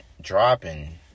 dropping